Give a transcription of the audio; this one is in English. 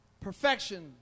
perfection